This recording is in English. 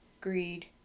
greed